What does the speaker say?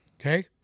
Okay